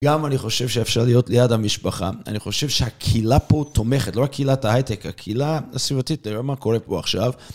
גם אני חושב שאפשר להיות ליד המשפחה, אני חושב שהקהילה פה תומכת, לא רק קהילת ההייטק, הקהילה הסביבתית תראה מה קורה פה עכשיו.